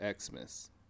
Xmas